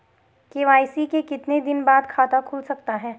KYC के कितने दिन बाद खाता खुल सकता है?